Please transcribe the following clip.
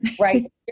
Right